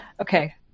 Okay